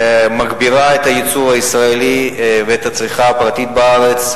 מגבירה את הייצור הישראלי ואת הצריכה הפרטית בארץ,